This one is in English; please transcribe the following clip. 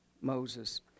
Moses